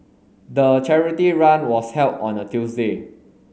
the charity run was held on a Tuesday